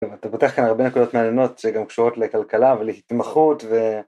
אתה פותח כאן הרבה נקודות מעניינות שגם קשורות לכלכלה ולהתמחות ו...